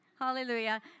Hallelujah